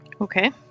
okay